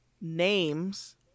names